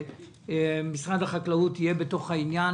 שמשרד החקלאות יהיה בתוך העניין,